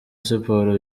siporo